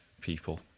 people